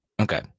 Okay